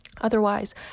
Otherwise